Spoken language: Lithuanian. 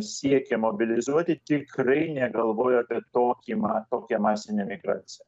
siekė mobilizuoti tikrai negalvojo apie tokį ma tokią masinę migraciją